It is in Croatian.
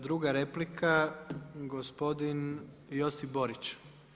Druga replika gospodin Josip Borić.